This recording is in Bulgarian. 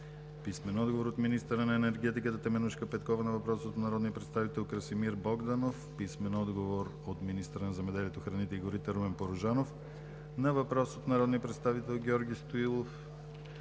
Филип Попов; - министъра на енергетиката Теменужка Петкова на въпрос от народния представител Красимир Богданов; - министъра на земеделието, храните и горите Румен Порожанов на въпрос от народния представител Георги Стоилов;